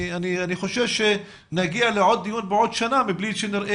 אני חושש שנגיע לעוד דיון בעוד שנה מבלי שנראה